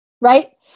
Right